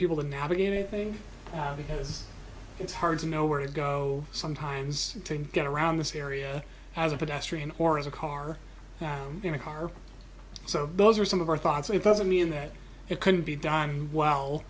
people to navigate anything because it's hard to know where to go sometimes to get around this area as a pedestrian or as a car found in a car so those are some of our thoughts and it doesn't mean that it couldn't be done well